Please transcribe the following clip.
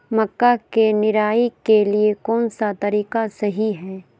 मक्का के निराई के लिए कौन सा तरीका सही है?